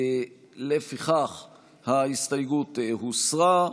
לפיכך ההסתייגות הוסרה.